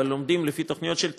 אבל לומדים לפי תוכניות של תאוג'יה,